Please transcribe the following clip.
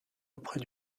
auprès